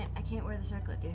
i can't wear the circlet,